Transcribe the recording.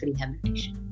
rehabilitation